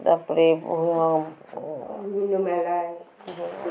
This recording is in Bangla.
তারপরে